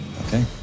Okay